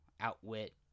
outwit